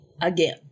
again